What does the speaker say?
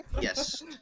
Yes